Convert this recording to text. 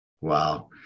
Wow